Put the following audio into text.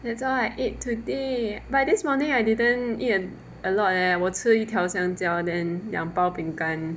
that's all I ate today but this morning I didn't eat a lot leh 我吃一条香蕉 then 两包饼干